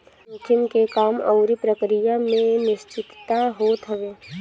जोखिम के काम अउरी प्रक्रिया में अनिश्चितता होत हवे